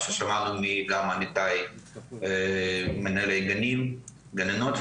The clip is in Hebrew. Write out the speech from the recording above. ששמענו מעמיתיי מנהלי הגנים והגננות.